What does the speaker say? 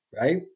Right